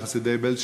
של חסידי בעלז,